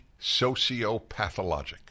sociopathologic